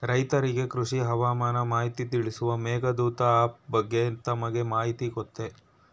ರೈತರಿಗೆ ಕೃಷಿ ಹವಾಮಾನ ಮಾಹಿತಿ ತಿಳಿಸುವ ಮೇಘದೂತ ಆಪ್ ಬಗ್ಗೆ ತಮಗೆ ಮಾಹಿತಿ ಗೊತ್ತೇ?